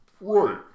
right